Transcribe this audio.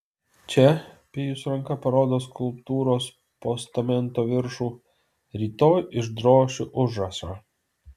čia pijus ranka parodo skulptūros postamento viršų rytoj išdrošiu užrašą